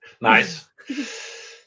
Nice